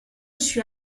suis